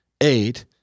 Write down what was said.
eight